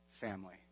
Family